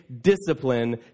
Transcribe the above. discipline